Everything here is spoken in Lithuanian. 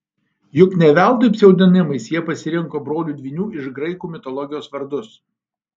juk ne veltui pseudonimais jie pasirinko brolių dvynių iš graikų mitologijos vardus